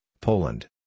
Poland